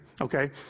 okay